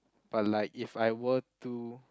but like if I were to